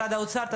משרד האוצר.